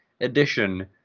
edition